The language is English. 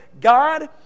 God